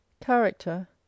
character